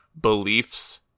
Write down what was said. beliefs